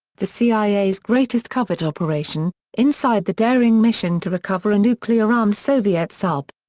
the cia's greatest covert operation inside the daring mission to recover a nuclear-armed soviet sub.